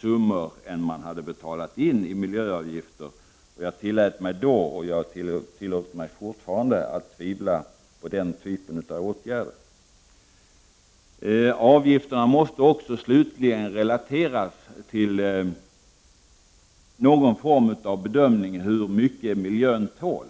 summor än det hade betalt in i miljöavgifter. Jag tillät mig då, och jag tillåter mig fortfarande, att tvivla på den typen av åtgärder. Slutligen måste avgifterna också relateras till någon form av bedömning av hur mycket miljön tål.